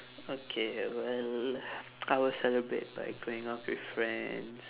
okay well I will celebrate by going out with friends